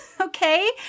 Okay